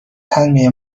تنبیه